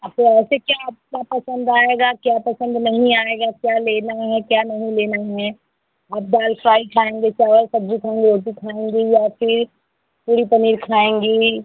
अब तो ऐसे क्या आपको पसंद आएगा क्या पसंद नहीं आएगा क्या लेना है क्या नहीं लेना हैं आप दाल फ़्राय खाएँगे चावल सब्ज़ी खाएँगे रोटी खाएँगे या फिर पूरी पनीर खाएँगी